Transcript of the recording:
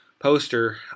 poster